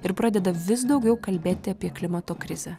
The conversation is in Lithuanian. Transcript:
ir pradeda vis daugiau kalbėti apie klimato krizę